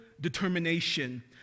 determination